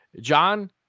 John